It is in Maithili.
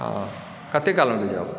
हँ कते कालमे भेजब